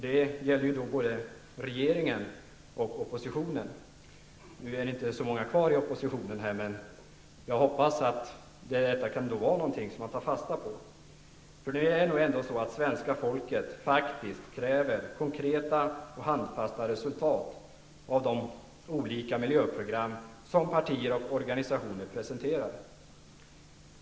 Det gäller då både regeringen och oppositionen. Det är inte så många från oppositionen här i kammaren just nu. Men jag hoppas att detta kan vara någonting att ta fasta på. Det är nog ändå så, att svenska folket faktiskt kräver konkreta resultat och handfasthet när det gäller de olika miljöprogram som partier och organisationer presenterar.